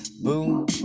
boom